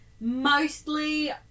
mostly